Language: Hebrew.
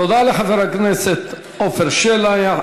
תודה לחבר הכנסת עפר שלח.